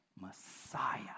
Messiah